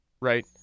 right